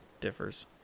differs